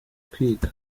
kwiga